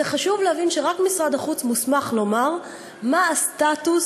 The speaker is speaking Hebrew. זה חשוב להבין שרק משרד החוץ מוסמך לומר מה הסטטוס